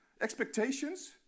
Expectations